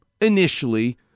initially